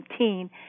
2019